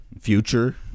Future